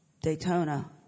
Daytona